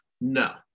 No